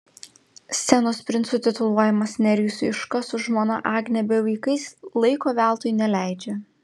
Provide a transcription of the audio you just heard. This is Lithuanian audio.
scenos princu tituluojamas nerijus juška su žmona agne bei vaikais laiko veltui neleidžia